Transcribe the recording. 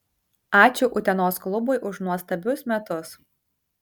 ačiū utenos klubui už nuostabius metus